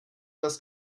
das